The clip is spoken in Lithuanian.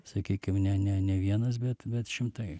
sakykim ne ne ne vienas bet bet šimtai